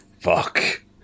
Fuck